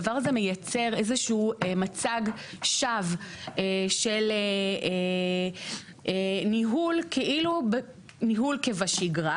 הדבר הזה מייצר איזה שהוא מצג שווא של ניהול כאילו ניהול כבשגרה,